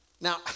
Now